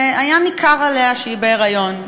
והיה ניכר עליה שהיא בהיריון.